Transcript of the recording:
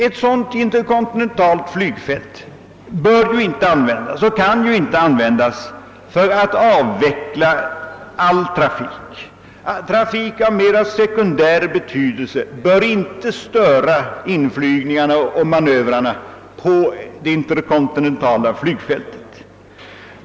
Ett sådant interkontinentalt flygfält bör inte användas och kan inte användas för att avveckla all trafik — trafik av mera sekundär betydelse bör inte störa inflygningarna och manövrerna på det interkontinentala flygfältet.